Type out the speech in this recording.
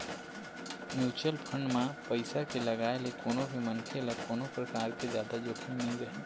mutual fund म पइसा के लगाए ले कोनो भी मनखे ल कोनो परकार के जादा जोखिम नइ रहय